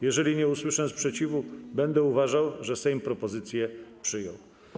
Jeżeli nie usłyszę sprzeciwu, będę uważał, że Sejm propozycję przyjął.